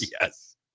Yes